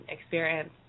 experience